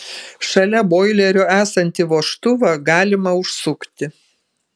šalia boilerio esantį vožtuvą galima užsukti